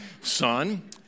Son